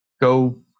Go